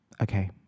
Okay